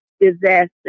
disaster